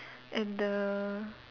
at the